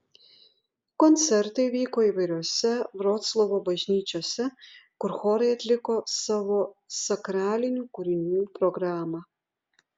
koncertai vyko įvairiose vroclavo bažnyčiose kur chorai atliko savo sakralinių kūrinių programą